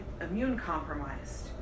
immune-compromised